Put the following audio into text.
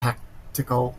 tactical